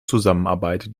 zusammenarbeit